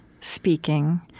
speaking